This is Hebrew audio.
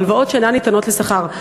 הלוואות שאינן ניתנות לשכר.